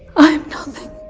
i am nothing.